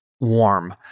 warm